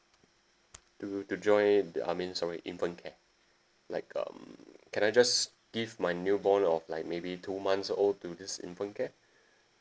to to join the I mean sorry infant care like um can I just give my new born of like maybe two months old to this infant care